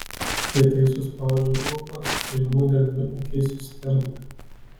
kietai suspaudžiu lūpas ir nudelbiu akis į sterblę